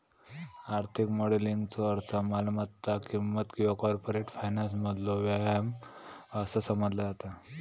आर्थिक मॉडेलिंगचो अर्थ मालमत्ता किंमत किंवा कॉर्पोरेट फायनान्समधलो व्यायाम असा समजला जाता